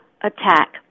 attack